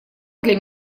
для